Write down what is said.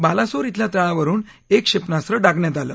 बालासोर खिल्या तळावरून एक क्षेपणास्त्र डागण्यात आलं